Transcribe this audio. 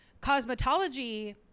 Cosmetology